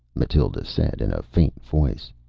mathild said in a faint voice.